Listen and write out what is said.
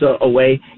away